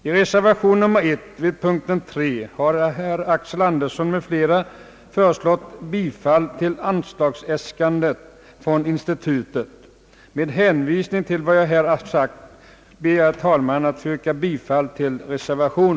I reservationen vid punkten 3 har herr Axel Andersson m.fl. hemställt om bifall till institutets anslagsäskande. Med hänvisning till vad jag här har sagt, ber jag, herr talman, att få yrka bifall till denna reservation.